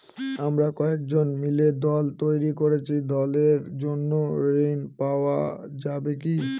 আমরা কয়েকজন মিলে দল তৈরি করেছি দলের জন্য ঋণ পাওয়া যাবে কি?